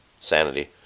sanity